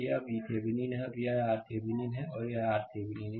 यह VThevenin है और यह RThevenin है यह RThevenin है